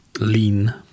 lean